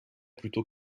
plutôt